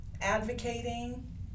advocating